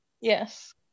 Yes